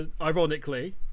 Ironically